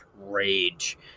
rage